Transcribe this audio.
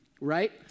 right